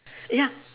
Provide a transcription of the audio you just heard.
ya